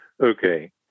Okay